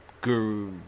guru